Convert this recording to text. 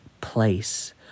place